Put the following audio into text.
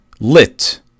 lit